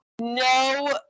no